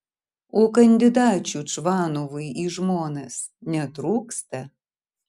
o kandidačių čvanovui į žmonas netrūksta